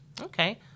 Okay